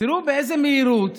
תראו באיזו מהירות,